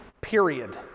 Period